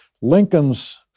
Lincoln's